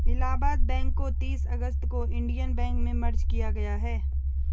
Allahabad bank को तीस अगस्त को इन्डियन बैंक में मर्ज किया गया है